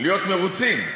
להיות מרוצים.